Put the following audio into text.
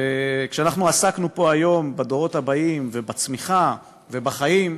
כשעסקנו פה היום בדורות הבאים ובצמיחה ובחיים,